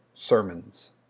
sermons